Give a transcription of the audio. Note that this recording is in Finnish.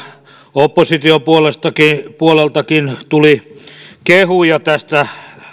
opposition puoleltakin puoleltakin tuli kehuja tästä